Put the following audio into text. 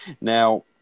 Now